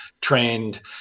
trained